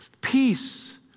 Peace